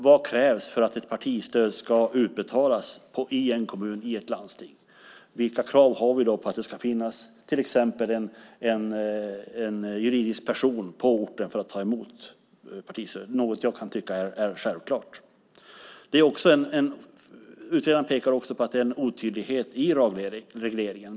Vad krävs för att ett partistöd ska utbetalas i en kommun, i ett landsting? Vilka krav har vi på att det ska finnas till exempel en juridisk person på orten som tar emot partistödet? Det är något som jag kan tycka är självklart. Utredaren pekar också på att det är en otydlighet i regleringen.